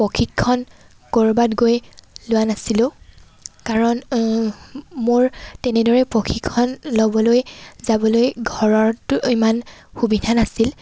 প্ৰশিক্ষণ ক'ৰবাত গৈ লোৱা নাছিলোঁ কাৰণ মোৰ তেনেদৰে প্ৰশিক্ষণ ল'বলৈ যাবলৈ ঘৰত ইমান সুবিধা নাছিল